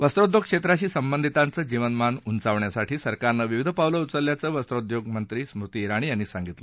वस्त्रोदयोग क्षेत्राशी संबंधितांचं जीवनमान उंचावण्यासाठी सरकारनं विविध पावलं उचलल्याचं वस्त्रोउदयोग मंत्री स्मृती ज्ञाणी यांनी सांगितलं